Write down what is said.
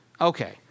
Okay